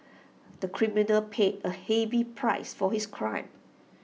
the criminal paid A heavy price for his crime